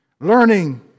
learning